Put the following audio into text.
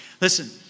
Listen